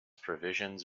provisions